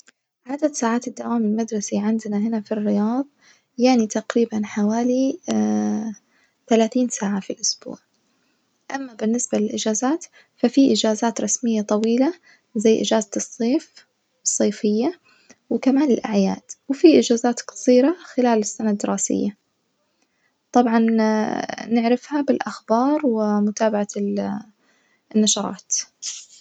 عدد ساعات الدوام المدرسي عندنا هنا في الرياض يعني تقريبا حوالي ثلاثين ساعة في الأسبوع، أما بالنسبة للإجازات ففيه إجازات رسمية طويلة زي إجازة الصيف الصيفية وكمان الأعياد، وفي إجازات قصيرة خلال السنة الدراسية طبعًا نعرفها بالأخبار ومتابعة ال- النشرات.